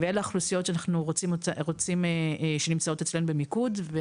אלה האוכלוסיות שנמצאות במיקוד אצלנו